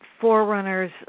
forerunners